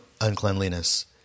uncleanliness